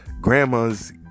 Grandma's